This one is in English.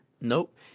Nope